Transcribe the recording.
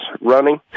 running